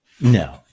No